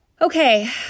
okay